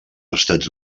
estats